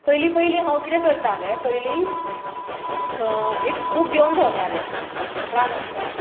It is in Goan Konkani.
पयली पयली हांव किदें करताले पयली एक बूक घेवन भोंवताले ल्हान आसताना